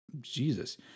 Jesus